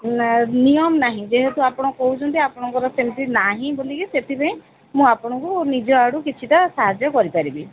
ନାଁ ନିୟମ ନାହିଁ ଯେହେତୁ ଆପଣ କହୁଛନ୍ତି ଆପଣଙ୍କର ସେମିତି ନାହିଁ ବୋଲିକି ସେଥିପାଇଁ ମୁଁ ଆପଣଙ୍କୁ ନିଜ ଆଡ଼ୁ କିଛିଟା ସାହାଯ୍ୟ କରିପାରିବି